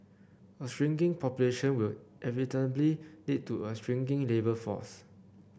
a shrinking population will inevitably lead to a shrinking labour force